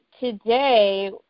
today